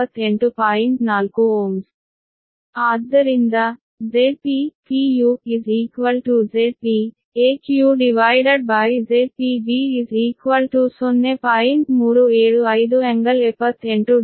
4 Ω ಆದ್ದರಿಂದ Zp ZpeqZpB 0